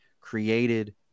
created